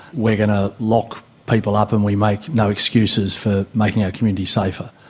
we're going to lock people up and we make no excuses for making our communities safer.